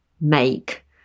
make